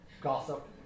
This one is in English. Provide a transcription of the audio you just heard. gossip